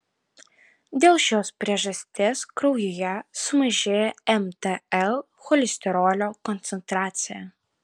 dėl šios priežasties kraujyje sumažėja mtl cholesterolio koncentracija